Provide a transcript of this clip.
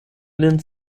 lin